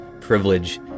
privilege